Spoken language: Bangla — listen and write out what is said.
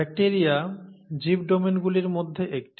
ব্যাকটিরিয়া জীব ডোমেনগুলির মধ্যে একটি